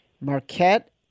Marquette